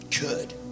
good